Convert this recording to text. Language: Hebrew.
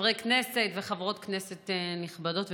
חברי כנסת וחברות כנסת נכבדות ונכבדים,